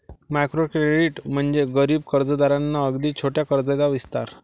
micro credit म्हणजे गरीब कर्जदारांना अगदी छोट्या कर्जाचा विस्तार